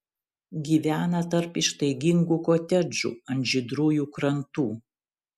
gyvena tarp ištaigingų kotedžų ant žydrųjų krantų